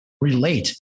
relate